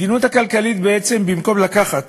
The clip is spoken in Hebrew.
המדיניות הכלכלית, במקום לקחת